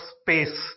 space